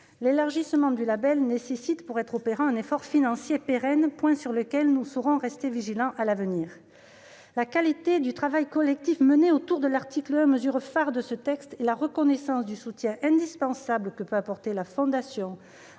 l'élargissement du label nécessite, pour être opérant, un effort financier pérenne, point sur lequel nous saurons rester vigilants à l'avenir. La qualité du travail collectif mené autour de l'article 1, mesure phare de ce texte, et la reconnaissance du soutien indispensable que peut apporter la Fondation,